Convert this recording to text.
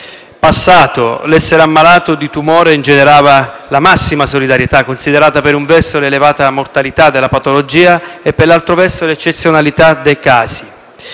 passato, l'essere ammalato di tumore ingenerava la massima solidarietà, considerando - per un verso - l'elevata mortalità della patologia e - per altro verso - l'eccezionalità dei casi.